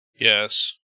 Yes